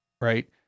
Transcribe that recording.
right